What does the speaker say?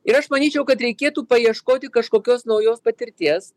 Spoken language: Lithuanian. ir aš manyčiau kad reikėtų paieškoti kažkokios naujos patirties